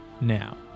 Now